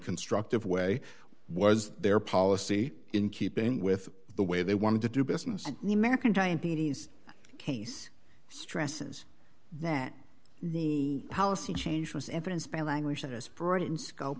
constructive way was their policy in keeping with the way they wanted to do business in the american diabetes case stresses that the policy change was evidence by language that is broad in scope